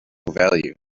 value